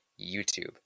YouTube